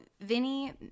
Vinny